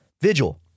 Vigil